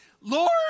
Lord